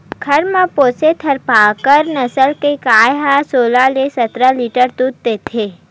घर म पोसे थारपकर नसल के गाय ह सोलह ले सतरा लीटर दूद देथे